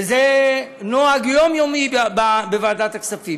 וזה נוהג יומיומי בוועדת הכספים.